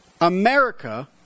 America